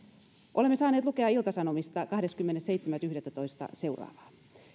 olemme saaneet lukea ilta sanomista kahdeskymmenesseitsemäs yhdettätoista seuraavaa